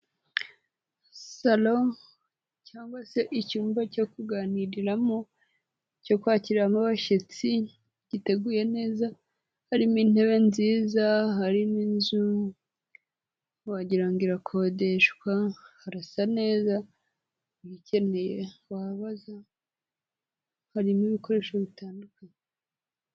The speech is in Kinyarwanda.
Saro cyangwa se icyumba cyo kuganiriramo, cyo kwakiramo abashyitsi, giteguye neza, harimo intebe nziza, harimo inzu, wagira ngo irakodeshwa, harasa neza, iyikeneye wabaza, harimo ibikoresho bitandukanye.